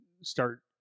start